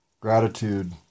gratitude